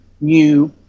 new